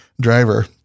driver